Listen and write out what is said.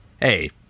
hey